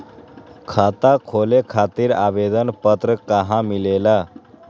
खाता खोले खातीर आवेदन पत्र कहा मिलेला?